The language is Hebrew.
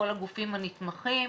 כל הגופים הנתמכים,